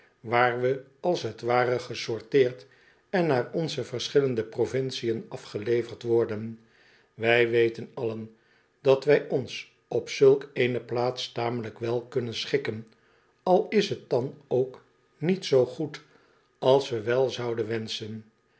waar we als t ware gesorteerd en naar onze verschillende provinciën afgeleverd worden wij weten allen dat wij ons op zulk eene plaats tamelyk wel kunnen schikken al is t dan ook niet zoo goed als we wel zouden wenschen